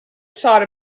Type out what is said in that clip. thought